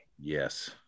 Yes